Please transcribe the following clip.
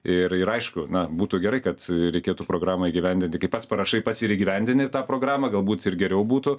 ir ir aišku na būtų gerai kad reikėtų programą įgyvendinti kai pats parašai pats ir įgyvendini ir tą programą galbūt ir geriau būtų